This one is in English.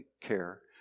care